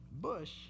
bush